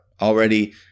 already